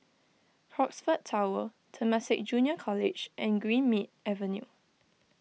Crockfords Tower Temasek Junior College and Greenmead Avenue